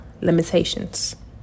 limitations